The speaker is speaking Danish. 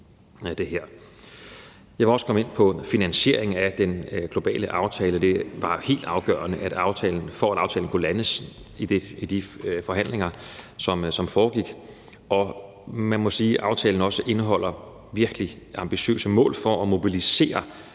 Jeg vil også komme ind på finansieringen af den globale aftale. Det var helt afgørende for, at aftalen kunne landes i de forhandlinger, som foregik. Man må sige, at aftalen også indeholder virkelig ambitiøse mål for at mobilisere